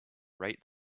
rate